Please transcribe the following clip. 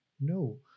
No